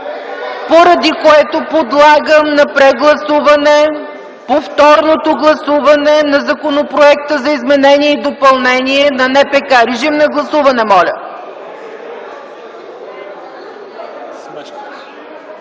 поради което подлагам на прегласуване повторното гласуване на Законопроекта за изменение и допълнение на Наказателно-процесуалния